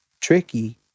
tricky